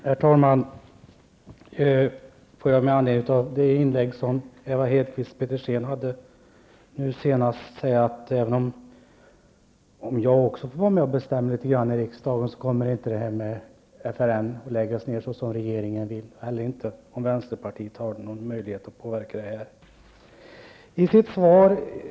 Herr talman! Får jag med anledning av inlägget från Ewa Hedkvist Petersen nu senast säga, att om jag också får vara med och bestämma litet i riksdagen kommer inte FRN att läggas ned såsom regeringen vill, i varje fall inte om vänsterpartiet har någon möjlighet att påverka beslutet.